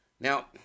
Now